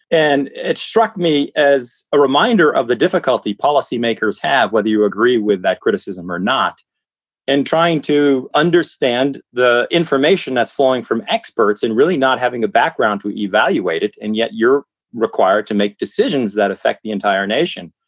and it struck me as a reminder of the difficulty policymakers have. whether you agree with that criticism or not and trying to understand the information that's flowing from experts and really not having a background to evaluate it. and yet you're required to make decisions that affect the entire nation.